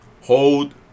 Hold